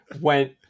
went